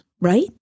right